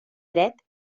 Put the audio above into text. dret